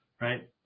right